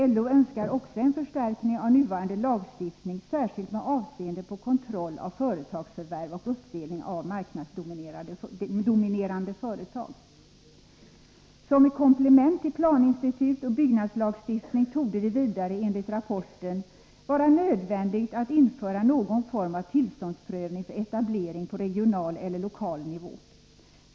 LO önskar också en förstärkning av nuvarande lagstiftning, särskilt med avseende på kontroll av företagsförvärv och uppdelning av Som ett komplement till planinstitut och byggnadslagstiftning borde det vidare enligt rapporten vara nödvändigt att införa någon form av tillståndsprövning för etablering på regional eller lokal nivå.